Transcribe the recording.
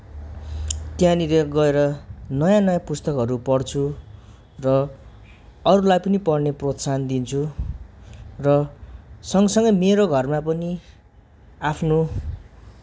त्यहाँनिर गएर नयाँ नयाँ पुस्तकहरू पढछु र अरूलाई पनि पढ्ने प्रोत्साहन दिन्छु र सँग सँगै मेरो घरमा पनि आफ्नो